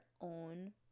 own